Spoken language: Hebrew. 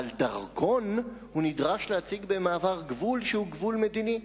אבל דרכון הוא נדרש להציג במעבר גבול שהוא גבול מדיני.